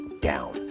down